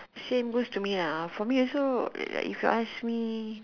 same goes to me for me also if you ask me